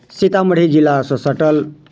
सीतामढ़ी जिलासँ सटल